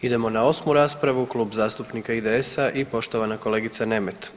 Idemo na osmu raspravu, Klub zastupnika IDS-a i poštovana kolegica Nemet.